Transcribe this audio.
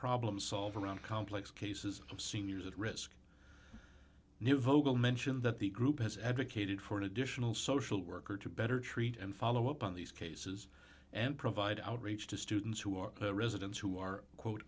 problem solving around complex cases of seniors at risk new vocal mention that the group has advocated for an additional social worker to better treat and follow up on these cases and provide outreach to students who are residents who are quote